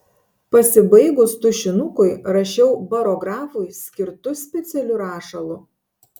pasibaigus tušinukui rašiau barografui skirtu specialiu rašalu